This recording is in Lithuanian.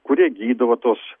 kurie gydo va tuos